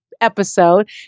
episode